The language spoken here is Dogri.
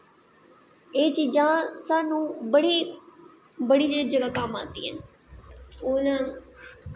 एह् चीज़ां स्हानू बड़ी चीज़ें दे कम्म आंदियां हून